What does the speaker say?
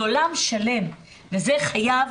זה עולם שלם וזה חייב